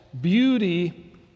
beauty